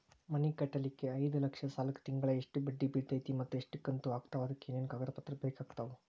ಮನಿ ಕಟ್ಟಲಿಕ್ಕೆ ಐದ ಲಕ್ಷ ಸಾಲಕ್ಕ ತಿಂಗಳಾ ಎಷ್ಟ ಬಡ್ಡಿ ಬಿಳ್ತೈತಿ ಮತ್ತ ಎಷ್ಟ ಕಂತು ಆಗ್ತಾವ್ ಅದಕ ಏನೇನು ಕಾಗದ ಪತ್ರ ಬೇಕಾಗ್ತವು?